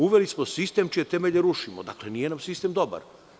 Uveli smo sistem čije temelje rušimo, dakle nije sistem dobar.